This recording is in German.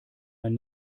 man